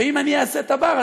ואם אני אעשה את הבר,